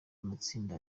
amatsinda